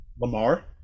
Lamar